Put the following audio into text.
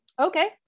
Okay